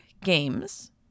games